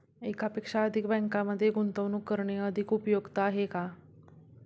एकापेक्षा अधिक बँकांमध्ये गुंतवणूक करणे अधिक उपयुक्त आहे का?